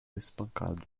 espancado